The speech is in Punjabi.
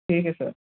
ਠੀਕ ਹੈ ਸਰ